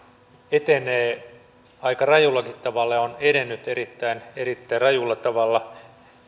etenee aika rajullakin tavalla ja on edennyt erittäin erittäin rajulla tavalla